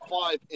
five